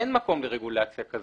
אין מקום לרגולציה כזאת.